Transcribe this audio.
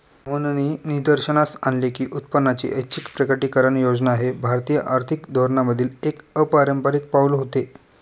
मोहननी निदर्शनास आणले की उत्पन्नाची ऐच्छिक प्रकटीकरण योजना हे भारतीय आर्थिक धोरणांमधील एक अपारंपारिक पाऊल होते